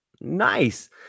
Nice